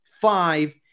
five